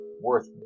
Worth